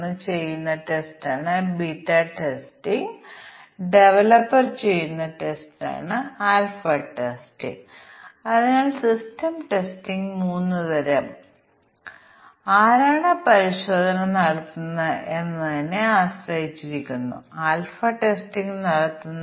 എന്നാൽ പിന്നീട് ഞങ്ങൾ ഇതുവരെ ഉത്തരം നൽകാത്തത് ജോഡി തിരിച്ചുള്ള ടെസ്റ്റ് കേസുകൾ എങ്ങനെയാണ് സൃഷ്ടിക്കപ്പെടുന്നത് നമുക്ക് ചില ലളിതമായ അൽഗോരിതം ഉണ്ടോ അതിലൂടെ ഒരു കൂട്ടം പരാമീറ്ററുകളും ഈ പരാമീറ്ററുകൾക്ക് എടുക്കാവുന്ന മൂല്യങ്ങളും നമുക്ക് ലഭിക്കുമോ നമുക്ക് ജോഡി തിരിച്ചുള്ള ടെസ്റ്റ് ലഭിക്കുമോ